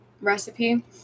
recipe